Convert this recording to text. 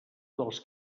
dels